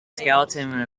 skeleton